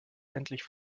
endlich